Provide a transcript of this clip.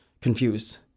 confused